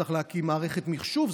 צריך להקים מערכת מחשוב.